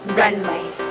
runway